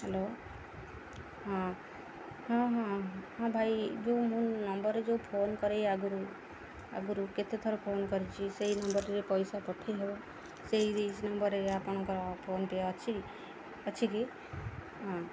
hello ହଁ ହଁ ହଁ ହଁ ଭାଇ ଯେଉଁ ମୁଁ ନମ୍ବରରେ ଯେଉଁ ଫୋନ କରେ ଆଗୁରୁ ଆଗରୁ କେତେଥର ଫୋନ କରିଛି ସେଇ ନମ୍ବରରେ ପଇସା ପଠେଇହେବ ସେଇ ନମ୍ବରରେ ଆପଣଙ୍କର ଫୋନପେ ଅଛି ଅଛି କି ହଁ